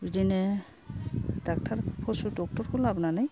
बिदिनो डाक्टार पसु डक्टरखौ लाबोनानै